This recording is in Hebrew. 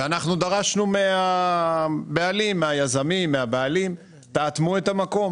אנחנו דרשנו מהיזמים ומהבעלים לאטום את המקום